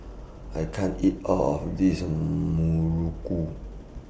I can't eat All of This Muruku